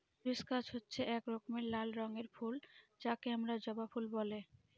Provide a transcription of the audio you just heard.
hibiscus হচ্ছে এক রকমের লাল রঙের ফুল যাকে আমরা জবা ফুল বলে